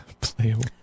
Playable